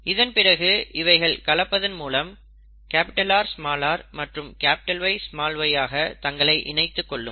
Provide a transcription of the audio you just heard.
இதன்பிறகு இவைகள் கலப்பதன் மூலம் Rr மற்றும் Yy ஆக தங்களை இணைத்துக் கொள்ளும்